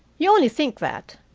you only think that.